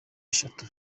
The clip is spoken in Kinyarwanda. eshatu